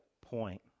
point